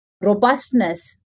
Robustness